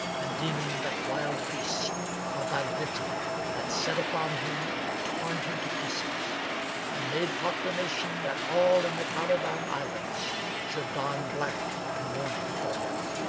and deeming that wild beasts or banditti had set upon him and torn him to pieces and made proclamation that all in the khalidan islands should don black in mourning for him.